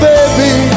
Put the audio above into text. Baby